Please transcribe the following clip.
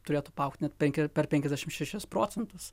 turėtų paaugt net penkia penkiasdešimt šešis procentus